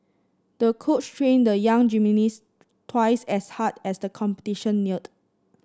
the coach trained the young gymnast twice as hard as the competition neared